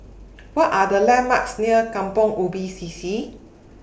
What Are The landmarks near Kampong Ubi C C